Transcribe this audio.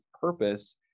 purpose